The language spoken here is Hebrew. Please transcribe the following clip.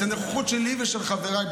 את הנוכחות שלי ושל חבריי,